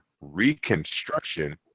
reconstruction